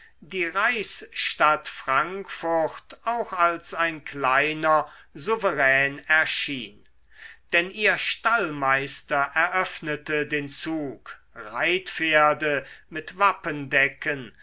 die reichsstadt frankfurt auch als ein kleiner souverän erschien denn ihr stallmeister eröffnete den zug reitpferde mit